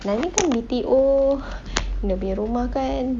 yang ni kan B_T_O dia punya rumah kan